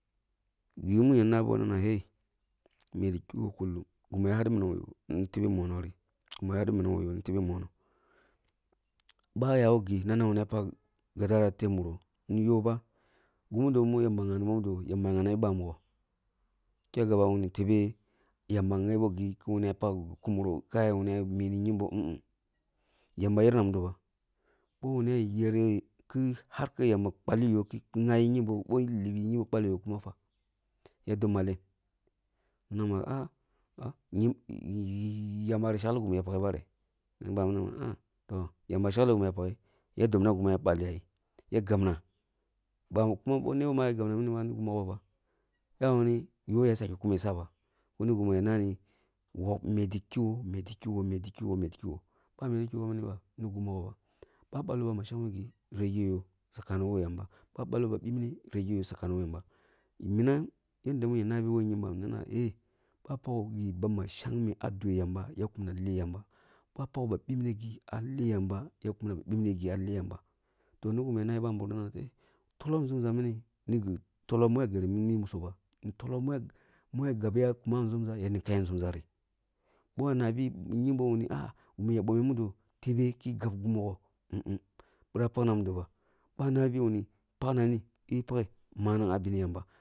Yoh ma ya ba nabo na keh! Meti kigho kulum gima haduni minam woh yoh ni tebe mono minam who yoh ni tebe mono ba ya ko gi na minam pak gadara teb muro miyoba gumu do yamba gyanibo mudo, yamba ya gyanabi ba mogho da gaba tebe yamba gyebo gi ki wuna pak gi kumuro ka wuna mini kyembo mm mm, yamba yer natribo ba boh wuna yeri boh yamba kpariyo ki gyabi kyembo boh lini gi balleh yoh fa? Ya dob mallen? Nama ah ah yamba shekli gi ma ah ya paghe barah? Na bamini ma toh, yamba shekleh gimi ya paghe ya dabna gimi ah ya balli ah ya gabna. Bani kuma nebo ma yira gabna minì ni gi mogho ba, dama yoh ya saki kum gimi mogho ba, kimi ni gima nani meti kigho muti kigho meti kigho meti kigho, ba metoh kigho mimi regeh yoh sakano woh yamba ba balloh ba bipneregeh yoh sakno woh yamba. Minam yadda mi ya nabi woh kyembam nana eh! Ba pagho gi maba shengmeh ah dweh yamba, ya kumna leh yamba, ɓa pagho ba pipne gi a leh yamba, yah kumna ba bipnegi ah leh yamba. Toh ni gimi na ya nabi babirum nana toh, tolloh nʒumpa mini ni gi tolloh ma giri mi musukba, tolloh maya maya tollohmi ya gobe ah kuma nʒumʒa ya ninkeyi ah nʒumʒa ri, bwoi ya nabi kyembo ma ahh gimi ya bomeh mudo tebe ki gab gimi mogho mm mm, bira. Pak namido ba na nabi ni pak namini ki paghe manang ah bene yamba.